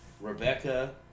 Rebecca